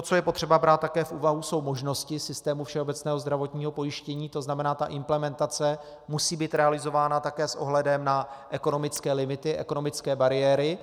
Co je potřeba brát také v úvahu, jsou možnosti systému všeobecného zdravotního pojištění, to znamená, ta implementace musí být realizována také s ohledem na ekonomické limity, na ekonomické bariéry.